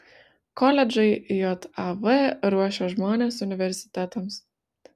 koledžai jav ruošia žmones universitetams